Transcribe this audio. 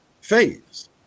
phase